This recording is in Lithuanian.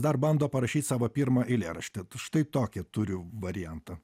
dar bando parašyt savo pirmą eilėraštį štai tokį turiu variantą